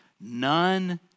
none